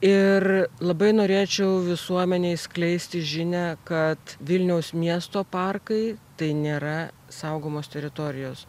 ir labai norėčiau visuomenei skleisti žinią kad vilniaus miesto parkai tai nėra saugomos teritorijos